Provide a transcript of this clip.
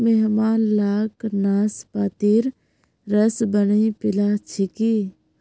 मेहमान लाक नाशपातीर रस बनइ पीला छिकि